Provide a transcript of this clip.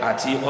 Ati